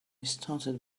started